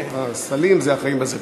סלים זה החיים בזבל.